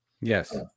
yes